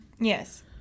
Yes